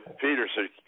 Peterson